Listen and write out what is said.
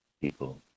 people